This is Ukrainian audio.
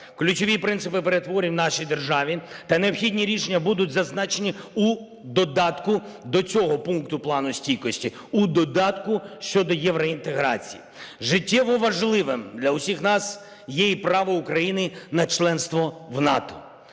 Ключові принципи перетворень в нашій державі та необхідні рішення будуть зазначені у додатку до цього пункту Плану стійкості, у додатку щодо євроінтеграції. Життєво важливим для усіх нас є і право України на членство в НАТО.